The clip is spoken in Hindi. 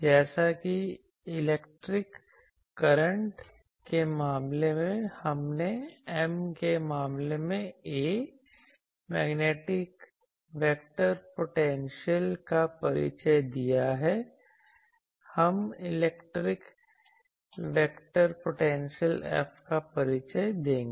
जैसा कि इलेक्ट्रिक करंट के मामले में हमने M के मामले में A मैग्नेटिक वेक्टर पोटेंशियल का परिचय दिया है हम इलेक्ट्रिक वेक्टर पोटेंशियल F का परिचय देंगे